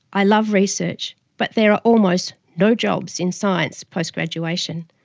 i love research, but there are almost no jobs in science post-graduation.